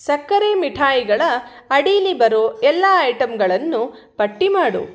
ಸಕ್ಕರೆ ಮಿಠಾಯಿಗಳ ಅಡೀಲಿ ಬರೋ ಎಲ್ಲ ಐಟಂಗಳನ್ನು ಪಟ್ಟಿ ಮಾಡು